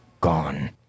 gone